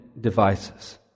devices